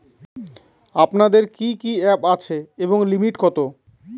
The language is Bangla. আপনাদের কি কি অ্যাপ আছে এবং লিমিট কত?